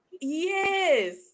Yes